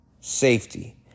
safety